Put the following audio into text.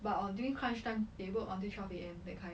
but during crunch time they work until twelve A_M that kind